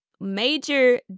major